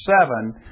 seven